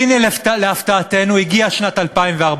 והנה, להפתעתנו הגיעה שנת 2014,